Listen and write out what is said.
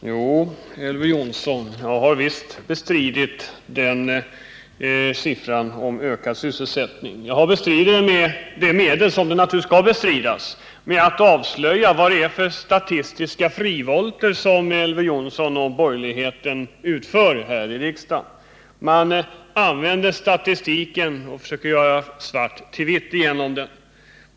Herr talman! Jo, Elver Jonsson, jag har visst bestritt den siffran på ökad sysselsättning. Jag har bestritt den med de medel som den naturligtvis skall bestridas med, nämligen genom att avslöja vad det är för statistiska frivolter som Elver Jonsson och borgerligheten utför här i riksdagen. Man använder statistiken för att försöka göra svart till vitt.